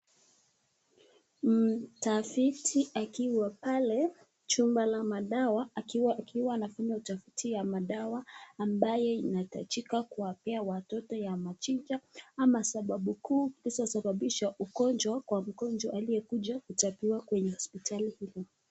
Mtafiti akiwa pale chumba la madawa akiwa anafanya utafiti ya madawa, ambayo inahitajika kuwapea watoto ya machija ama sababu kuu hizo zinasababisha ugonjwa kwa mgonjwa aliyekuja kutibiwa kwenye hosiptali hili.